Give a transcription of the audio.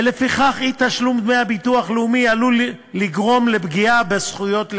ולפיכך אי-תשלום דמי הביטוח הלאומי עלול לגרום לפגיעה בזכויות לגמלה.